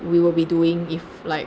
we will be doing if like